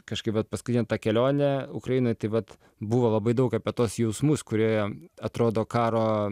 kažkaip vat paskui ten ta kelionė ukrainoj tai vat buvo labai daug apie tuos jausmus kurie atrodo karo